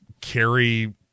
carry